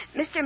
Mr